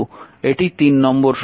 এটি নম্বর সমীকরণ